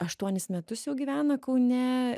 aštuonis metus jau gyvena kaune